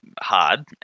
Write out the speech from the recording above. hard